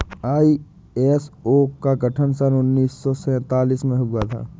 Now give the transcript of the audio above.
ISO का गठन सन उन्नीस सौ सैंतालीस में हुआ था